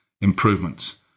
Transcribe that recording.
improvements